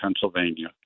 Pennsylvania